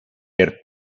per